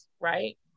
right